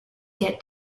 get